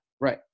Right